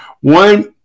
One